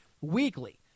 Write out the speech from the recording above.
weekly